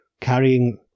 carrying